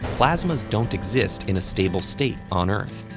plasmas don't exist in a stable state on earth.